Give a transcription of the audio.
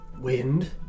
Wind